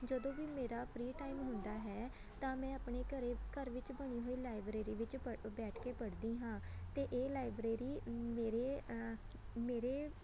ਜਦੋਂ ਵੀ ਮੇਰਾ ਫ੍ਰੀ ਟਾਈਮ ਹੁੰਦਾ ਹੈ ਤਾਂ ਮੈਂ ਆਪਣੇ ਘਰ ਘਰ ਵਿੱਚ ਬਣੀ ਹੋਈ ਲਾਇਬ੍ਰੇਰੀ ਵਿੱਚ ਪੜ੍ਹ ਬੈਠ ਕੇ ਪੜ੍ਹਦੀ ਹਾਂ ਅਤੇ ਇਹ ਲਾਇਬ੍ਰੇਰੀ ਮੇਰੇ ਮੇਰੇ